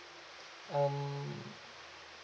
um